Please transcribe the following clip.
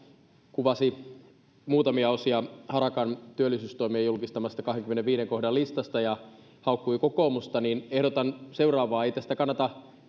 kuvasi muutamia osia harakan työllisyystoimista julkistamasta kahdennenkymmenennenviidennen kohdan listasta ja haukkui kokoomusta ja ehdotan seuraavaa ei tästä kannata